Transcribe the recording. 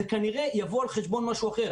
זה כנראה יבוא על חשבון משהו אחר.